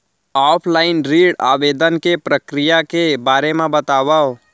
Offline ऋण आवेदन के प्रक्रिया के बारे म बतावव?